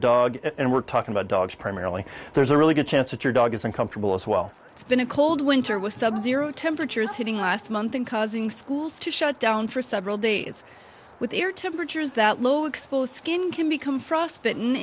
dog and we're talking about dogs primarily there's a really good chance that your dog is uncomfortable as well it's been a cold winter with subzero temperatures hitting last month and causing schools to shut down for several days with air temperatures that low exposed skin can become frostbitten